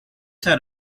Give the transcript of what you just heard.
had